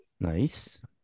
Nice